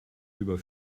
über